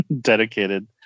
dedicated